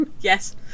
Yes